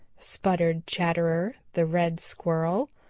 sputtered chatterer the red squirrel.